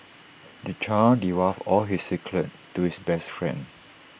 the child divulged all his secrets to his best friend